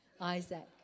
Isaac